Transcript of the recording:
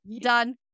done